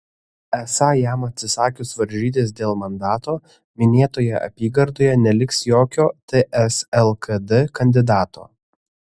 esą jam atsisakius varžytis dėl mandato minėtoje apygardoje neliks jokio ts lkd kandidato